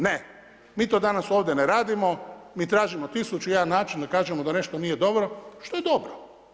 Ne, mi to danas ovdje ne radimo, mi tražimo tisuću i jedan način da kažemo da nešto nije dobro što je dobro.